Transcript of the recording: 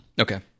Okay